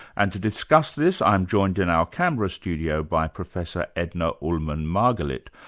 and to discuss this i'm joined in our canberra studio by professor edna ullmann-margalit,